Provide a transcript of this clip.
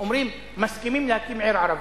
פתאום אומרים: מסכימים להקים עיר ערבית.